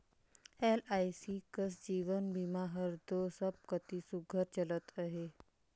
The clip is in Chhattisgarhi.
एल.आई.सी कस जीवन बीमा हर दो सब कती सुग्घर चलत अहे